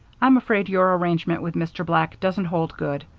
i'm afraid your arrangement with mr. black doesn't hold good.